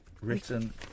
written